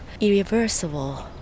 irreversible